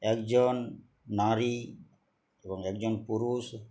একজন নারী এবং একজন পুরুষ